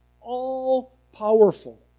all-powerful